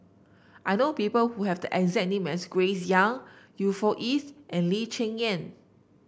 I know people who have the exact name as Grace Young Yusnor Ef and Lee Cheng Yan